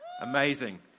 Amazing